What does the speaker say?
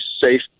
safe